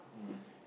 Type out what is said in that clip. mm